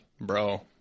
bro